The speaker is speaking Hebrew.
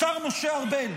השר משה ארבל,